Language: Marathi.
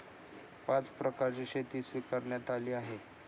पाच प्रकारची शेती स्वीकारण्यात आली आहे